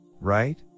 right